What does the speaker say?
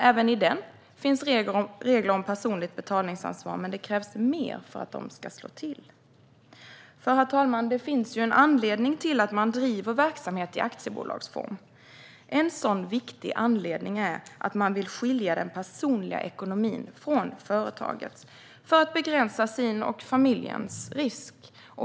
Även i denna lag finns regler om personligt betalningsansvar, men det krävs mer för att de ska slå till. Herr talman! Det finns ju en anledning till att man driver verksamhet i aktiebolagsform. En sådan viktig anledning är att man vill skilja den personliga ekonomin från företagets för att begränsa sin och familjens risk.